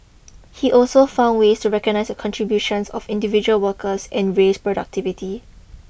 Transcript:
he also found ways to recognise the contributions of individual workers and raise productivity